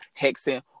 hexing